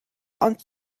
онц